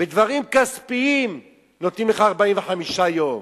בדברים כספיים נותנים לך 45 יום.